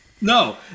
No